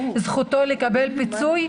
זכותו לקבל פיצוי,